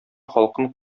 халкын